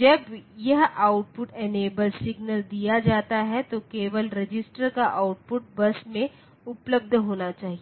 जब यह output enable signal दिया जाता है तो केवल रजिस्टर का आउटपुट बस में उपलब्ध होना चाहिए